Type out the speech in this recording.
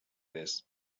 this